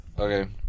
Okay